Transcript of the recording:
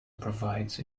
provides